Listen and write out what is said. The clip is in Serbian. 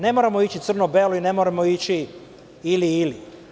Ne moramo ići crno-belo, i ne moramo ići ili-ili.